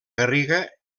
garriga